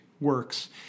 works